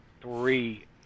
Three